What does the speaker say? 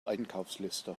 einkaufsliste